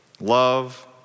love